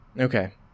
okay